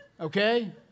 okay